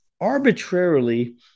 arbitrarily